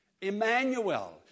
Emmanuel